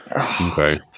Okay